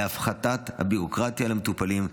להפחתת הביורוקרטיה למטופלים,